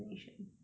really meh